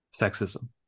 Sexism